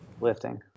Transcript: Lifting